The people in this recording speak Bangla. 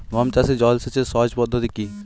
গম চাষে জল সেচের সহজ পদ্ধতি কি?